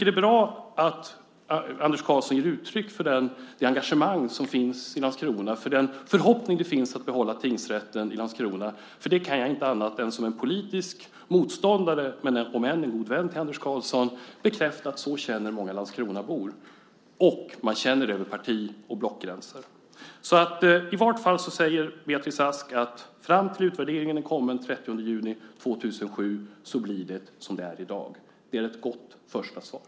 Det är bra att Anders Karlsson ger uttryck för det engagemang som finns i Landskrona och för den förhoppning som finns om att få behålla tingsrätten i Landskrona. Som politisk motståndare, om än en god vän till Anders Karlsson, kan jag bara bekräfta att så känner många Landskronabor. Man känner det över parti och blockgränser. Beatrice Ask säger att i varje fall fram till dess att utvärderingen kommer den 30 juni 2007 blir det som det är i dag. Det är ett gott första svar.